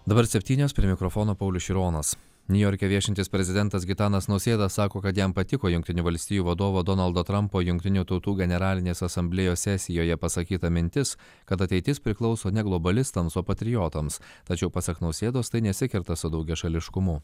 dabar septynios prie mikrofono paulius šironas niujorke viešintis prezidentas gitanas nausėda sako kad jam patiko jungtinių valstijų vadovo donaldo trampo jungtinių tautų generalinės asamblėjos sesijoje pasakyta mintis kad ateitis priklauso ne globalistams o patriotams tačiau pasak nausėdos tai nesikerta su daugiašališkumu